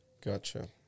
Gotcha